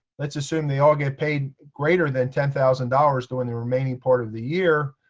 let's assume they all get paid greater than ten thousand dollars during the remaining part of the year.